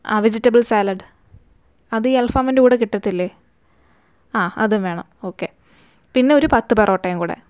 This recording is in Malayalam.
ആ വെജിറ്റബിള് സാലഡ് അത് ഈ അല്ഫാമിന്റെ കൂടെ കിട്ടില്ലെ ആ അതും വേണം ഓക്കെ പിന്നെ ഒരു പത്ത് പെറോട്ടയും കൂടെ